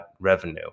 revenue